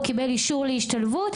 הוא קיבל אישור להשתלבות,